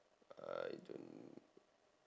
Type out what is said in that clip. I don't